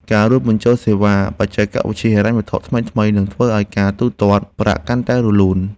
ការរួមបញ្ចូលសេវាបច្ចេកវិទ្យាហិរញ្ញវត្ថុថ្មីៗ នឹងធ្វើឱ្យការទូទាត់ប្រាក់កាន់តែរលូន។